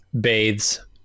bathes